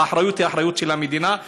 אבל האחריות היא אחריות של המדינה,